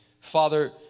Father